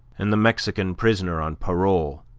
and the mexican prisoner on parole,